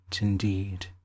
indeed